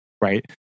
right